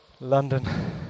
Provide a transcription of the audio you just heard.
London